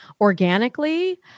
organically